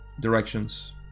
directions